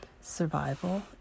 Survival